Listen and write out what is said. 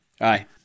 Aye